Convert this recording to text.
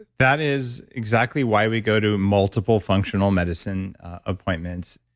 that is exactly why we go to multiple functional medicine appointments.